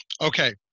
Okay